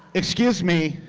excuse me.